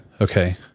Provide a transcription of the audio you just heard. okay